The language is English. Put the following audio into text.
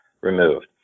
removed